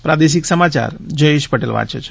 પ્રાદેશિક સમાચાર જયેશ પટેલ વાંચે છે